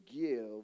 give